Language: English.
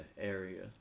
area